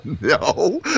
no